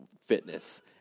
fitness